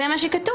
זה מה שכתוב.